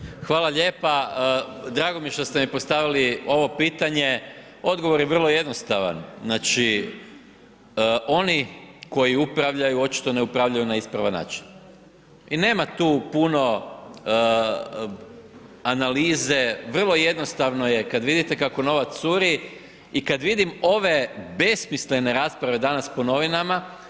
Hvala lijepa, dragao mi je što ste mi postavili ovo pitanje, odgovor je vrlo jednostavan, znači oni koji upravljaju očito ne upravljaju na ispravan način i nema tu puno analize vrlo jednostavno je kada vidite da novac curi i kada vidim ove besmislene rasprave po novinama.